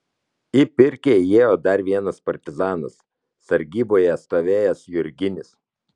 į pirkią įėjo dar vienas partizanas sargyboje stovėjęs jurginis